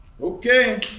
Okay